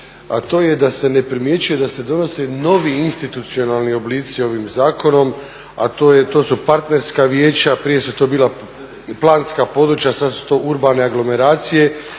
a to je da se ne primjećuje da se donose novi institucionalni oblici ovim zakonom, a to su partnerska vijeća. Prije su to bila planska područja, sad su to urbane anglomeracije